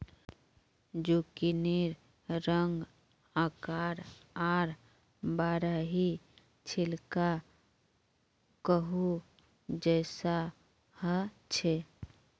जुकिनीर रंग, आकार आर बाहरी छिलका कद्दू जैसा ह छे